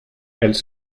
elles